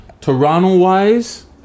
Toronto-wise